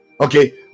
okay